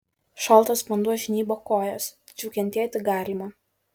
šaltas vanduo žnybo kojas tačiau kentėti galima